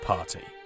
Party